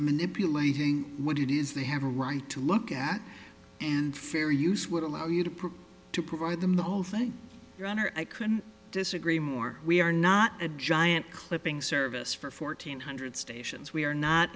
manipulating what it is they have a right to look at and fair use would allow you to to provide them the whole thing or i couldn't disagree more we are not a giant clipping service for fourteen hundred stations we are not